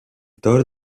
toro